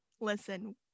Listen